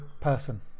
person